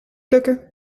plukken